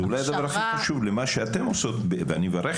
זה אולי הדבר הכי חשוב למה שאתן עושות ואני מברך